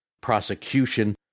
prosecution